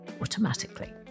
automatically